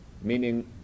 meaning